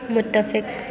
متفق